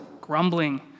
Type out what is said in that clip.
grumbling